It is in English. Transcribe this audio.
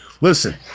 Listen